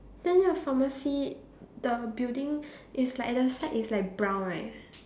then your pharmacy the building is like the side is like brown right